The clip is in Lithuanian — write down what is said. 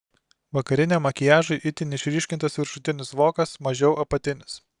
vakariniam makiažui itin išryškintas viršutinis vokas mažiau apatinis